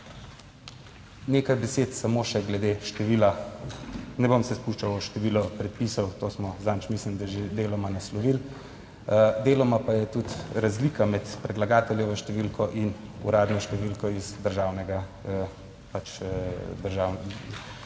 Nekaj besed samo še glede števila, ne bom se spuščal v število predpisov, to smo zadnjič mislim, da že deloma naslovili, deloma pa je tudi razlika med predlagateljevo številko in uradno številko iz državnega